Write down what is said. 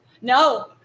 No